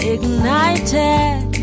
Ignited